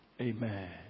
Amen